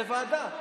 ועדת הכספים.